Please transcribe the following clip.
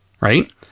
right